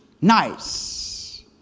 Nice